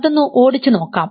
അതൊന്നു ഓടിച്ചു നോക്കാം